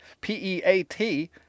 P-E-A-T